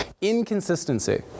Inconsistency